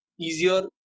easier